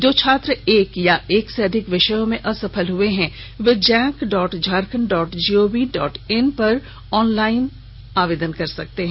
जो छात्र एक या एक से अधिक विषयों में असफल हुए हैं वे JAC dot Jharkhand dot gov dot in पर आनलाइन कर सकते हैं